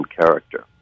character